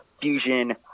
fusion